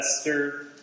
Esther